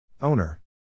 Owner